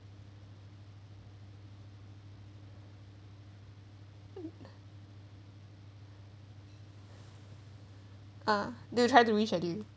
ah they try to reschedule